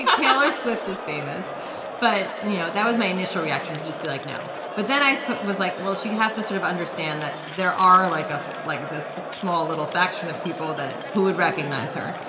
taylor swift is famous but you know that was my initial reaction to just be like no. but then i was like well she has to sort of understand that there are like like like this small little faction of people that who would recognize her.